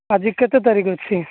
ଆଜି କେତେ ତାରିଖ ଅଛି